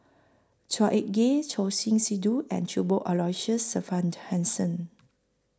Chua Ek Kay Choor Singh Sidhu and Cuthbert Aloysius Shepherdson